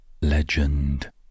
legend